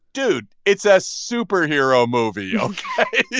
dude, it's a superhero movie, ok.